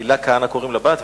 הילה כהנא קוראים לבת,